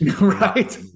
right